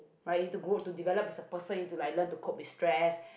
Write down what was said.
right you have to grow to develop as a person into like learn to crop with stress